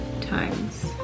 times